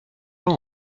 pas